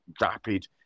rapid